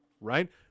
right